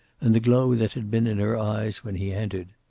and the glow that had been in her eyes when he entered.